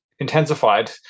intensified